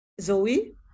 Zoe